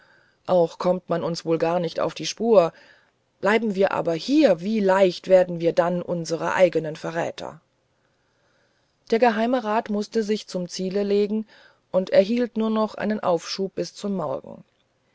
auch kommt man uns wohl gar nicht auf die spur bleiben wir aber hier wie leicht werden wir dann unsre eigenen verräter der geheimerat mußte sich zum ziele legen und erhielt nur noch einen aufschub bis zum morgen